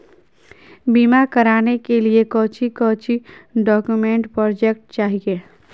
बीमा कराने के लिए कोच्चि कोच्चि डॉक्यूमेंट प्रोजेक्ट चाहिए?